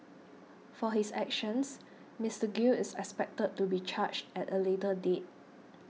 for his actions Mister Gill is expected to be charged at a later date